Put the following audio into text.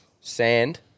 Sand